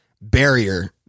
barrier